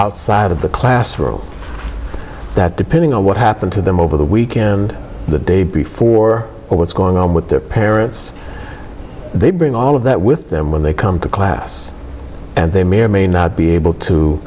outside of the classroom that depending on what happened to them over the weekend the day before or what's going on with their parents they bring all of that with them when they come to class and they may or may not be able to